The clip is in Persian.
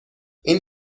این